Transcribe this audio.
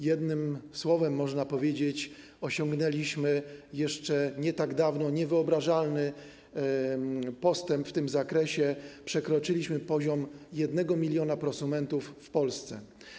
Jednym słowem można powiedzieć, że osiągnęliśmy jeszcze nie tak dawno niewyobrażalny postęp w tym zakresie - przekroczyliśmy poziom 1 mln prosumentów w Polsce.